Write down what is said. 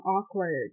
awkward